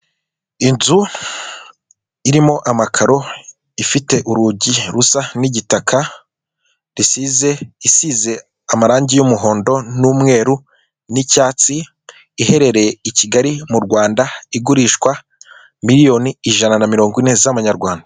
Inzu irimo amakaro ifite urugo rusa nigitaka isize amarangi y'umuhondo n'umweru nicyatsi, iherereye ikigali m'urwanda igurishwa miliyoni ijana na mirongo ine z'amanyarwanda.